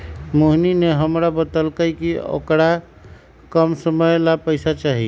मोहिनी ने हमरा बतल कई कि औकरा कम समय ला पैसे चहि